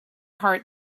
heart